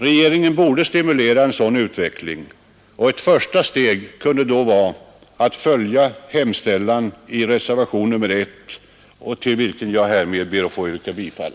Regeringen borde stimulera en sådan utveckling, och ett första steg kunde då vara att följa hemställan i reservationen 1, till vilken jag härmed ber att få yrka bifall.